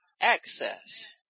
Access